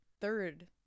Third